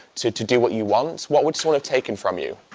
to to do what you want, what would sort of taken from you?